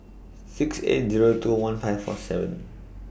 six eight Zero two one five four seven